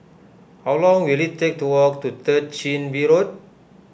how long will it take to walk to Third Chin Bee Road